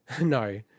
No